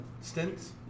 Stints